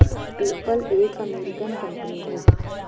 PayPal एक American company है